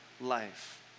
life